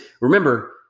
remember